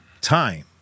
time